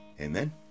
Amen